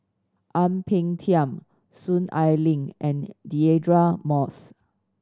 Ang Peng Tiam Soon Ai Ling and Deirdre Moss